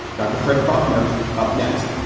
dr. fred bucknor up next,